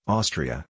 Austria